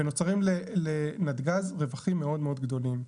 ונוצרים לנתג"ז רווחים מאוד גדולים.